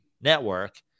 network